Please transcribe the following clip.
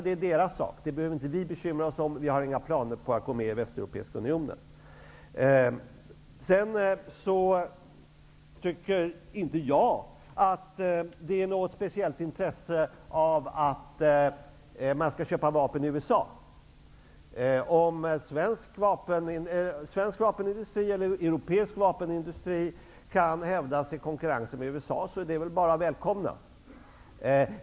Det är deras sak, och det behöver vi inte bekymra oss om. Vi har inga planer på att gå med i Jag tycker inte att det finns något speciellt intresse av att man skall köpa vapen i USA. Om svensk eller europeisk vapenindustri kan hävda sig i konkurrensen med USA är det bara att välkomna.